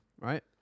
Right